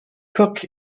cook